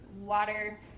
Water